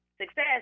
success